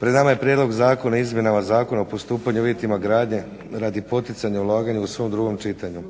Pred nama je Prijedlog zakona o izmjenama Zakona o postupanju i uvjetima gradnje radi poticanja ulaganja u svom drugom čitanju.